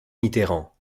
mitterrand